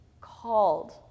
called